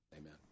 Amen